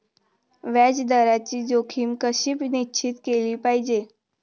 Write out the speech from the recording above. व्याज दराची जोखीम कशी निश्चित केली पाहिजे